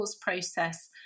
process